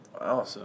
Wow